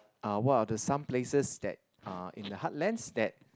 uh what are the some places that uh in the heartlands that